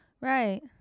right